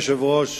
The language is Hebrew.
אדוני היושב-ראש,